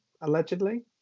allegedly